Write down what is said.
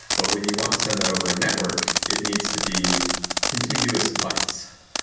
but when you want to send that over a network, it needs to be contiguous bytes.